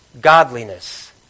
Godliness